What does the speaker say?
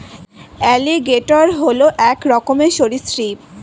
alligator হল এক রকমের সরীসৃপ